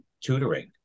tutoring